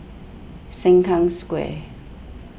Sengkang Square